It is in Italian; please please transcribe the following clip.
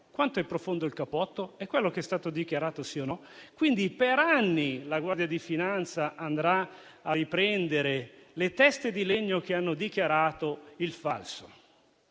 quanto è profondo, se corrisponde a quanto dichiarato o no. Quindi per anni la Guardia di finanza andrà a riprendere le teste di legno che hanno dichiarato il falso.